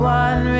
one